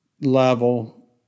level